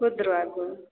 वार को